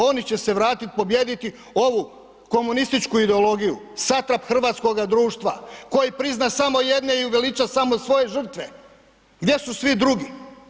Oni će se vratiti, pobijediti ovu komunističku ideologiju, satrap hrvatskoga društva, koji prizna samo jedne i veliča samo svoje žrtve, gdje su svi drugi?